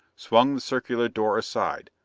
swung the circular door aside,